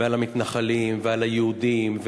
ועל המתנחלים ועל היהודים,